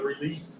relief